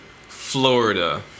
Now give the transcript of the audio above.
Florida